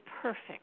perfect